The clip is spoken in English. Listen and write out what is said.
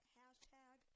hashtag